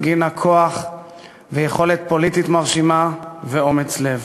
והפגינה כוח ויכולת פוליטית מרשימה ואומץ לב.